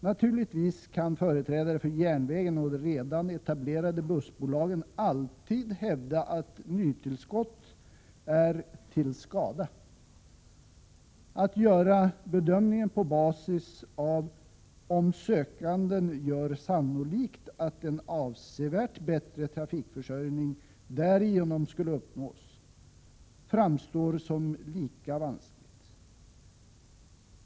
Naturligtvis kan företrädare för järnvägen och de redan etablerade bussbolagen alltid hävda att nytillskott är ”till skada”. Att göra bedömningen på basis av ”om sökanden gör sannolikt att en avsevärt bättre trafikförsörjning därigenom skulle uppnås” framstår som lika vanskligt.